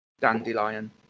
dandelion